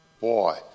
Boy